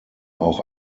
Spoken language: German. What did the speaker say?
auch